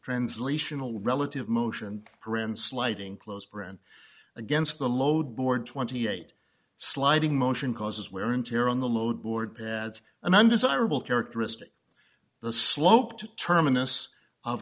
translational relative motion brand slighting clothes brand against the load board twenty eight sliding motion causes wear and tear on the load board pads an undesirable characteristic the sloped terminus of